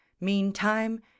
meantime